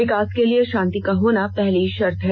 विकास के लिए शांति का होना पहली शर्त है